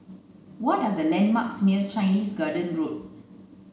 what are the landmarks near Chinese Garden Road